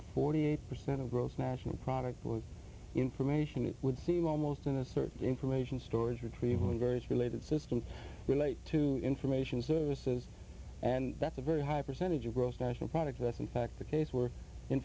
forty eight percent of gross national product information would seem almost in a certain information storage retrieval and various related systems relate to information services and that's a very high percentage of gross national product that's in fact the case we're in